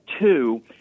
two